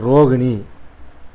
Rohini